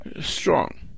strong